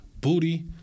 booty